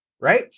right